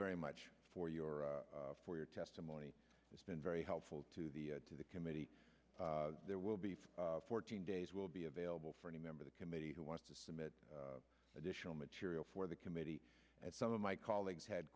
very much for your for your testimony it's been very helpful to the to the committee there will be fourteen days will be available for any member committee who wants to submit additional material for the committee and some of my colleagues had